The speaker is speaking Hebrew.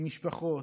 עם משפחות,